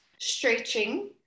stretching